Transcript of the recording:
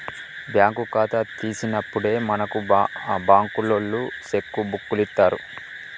bank ఖాతా తీసినప్పుడే మనకు బంకులోల్లు సెక్కు బుక్కులిత్తరు